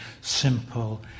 simple